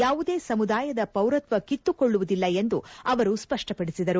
ಯಾವುದೇ ಸಮುದಾಯದ ಪೌರತ್ವ ಕಿತ್ತುಕೊಳ್ಳುವುದಿಲ್ಲ ಎಂದು ಅವರು ಸ್ವಷ್ಪಪಡಿಸಿದರು